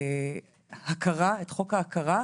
ההכרה, את חוק ההכרה,